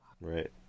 right